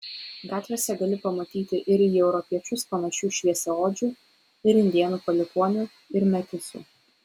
gatvėse gali pamatyti ir į europiečius panašių šviesiaodžių ir indėnų palikuonių ir metisų